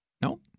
No